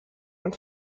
und